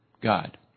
God